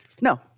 No